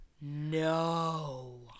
No